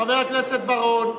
חבר הכנסת בר-און.